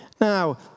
Now